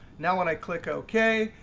now when i click ok,